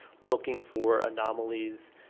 looking for anomalies.